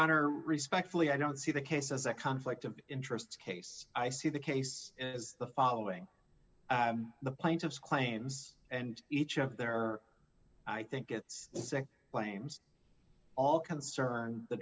honor respectfully i don't see the case as a conflict of interests case i see the case as the following the plaintiff's claims and each of there are i think it's sick blames all concerned the